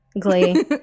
Glee